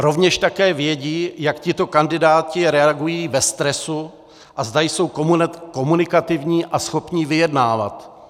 Rovněž také vědí, jak tito kandidáti reagují ve stresu a zda jsou komunikativní a schopní vyjednávat.